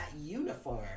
uniform